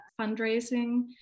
fundraising